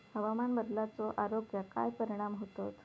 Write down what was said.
हवामान बदलाचो आरोग्याक काय परिणाम होतत?